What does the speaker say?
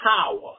power